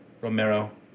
Romero